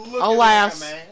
alas